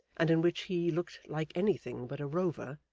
and in which he looked like anything but a rover,